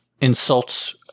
insults